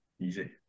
Easy